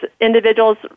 individuals